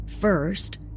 First